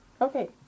okay